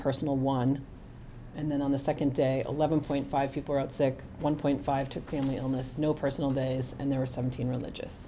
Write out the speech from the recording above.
personal one and then on the second day eleven point five people are out sick one point five to clearly illness no personal days and there were seventeen religious